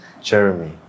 jeremy